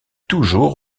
toujours